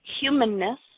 humanness